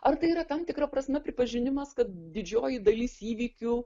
ar tai yra tam tikra prasme pripažinimas kad didžioji dalis įvykių